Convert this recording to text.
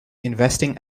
investing